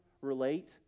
relate